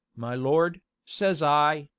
my lord says i,